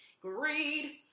Greed